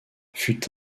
fut